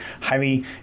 highly